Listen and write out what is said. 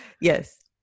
Yes